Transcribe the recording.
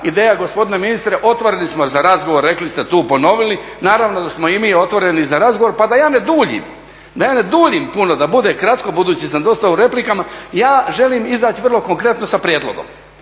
ideja, gospodine ministre, otvoreni smo za razgovor, rekli ste tu, ponovili. Naravno da smo i mi otvoreni razgovor pa da ja ne duljim puno, da bude kratko, budući sam dosta u replikama, ja želim izaći vrlo konkretno sa prijedlogom.